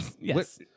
Yes